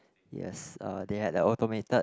yes uh they had a automated